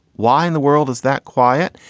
why in the world is that quiet?